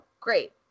Great